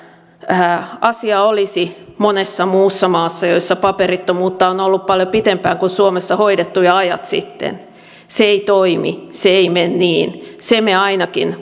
asia olisi monessa muussa maassa jossa paperittomuutta on ollut paljon pitempään kuin suomessa hoidettu jo ajat sitten se ei toimi se ei mene niin sen me ainakin